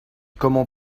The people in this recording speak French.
comment